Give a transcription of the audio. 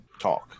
talk